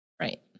Right